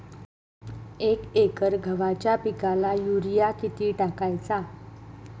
एक एकर गव्हाच्या पिकाला युरिया किती टाकायचा?